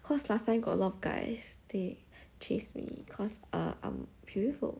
cause last time got a lot of guys they chase me cause err I'm beautiful